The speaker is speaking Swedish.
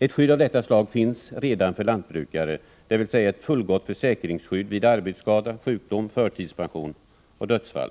För lantbrukare finns redan ett skydd av detta slag, dvs. ett fullgott försäkringsskydd vid arbetsskada, sjukdom, förtidspension och dödsfall.